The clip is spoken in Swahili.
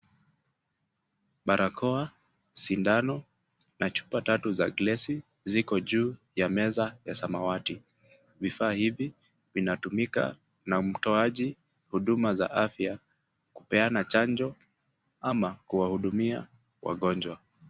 Barakoa, sindano na chupa tatu za glasi, ziko juu ya meza ya samawati. Vifaa hivi vinatumika na mtoaji huduma za afya, kupeana chanjo ama kuwahudumia wagonjwa.